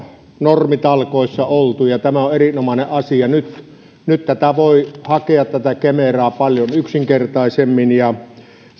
normitalkoissa oltu ja tämä on erinomainen asia nyt nyt voi hakea kemeraa paljon yksinkertaisemmin ja